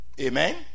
Amen